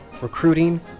recruiting